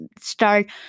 start